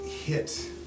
hit